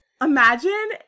imagine